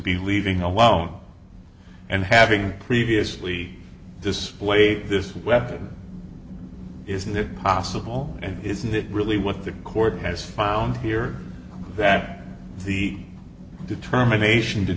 be leaving alone and having previously this late this weapon isn't it possible and isn't that really what the court has found here that the determination to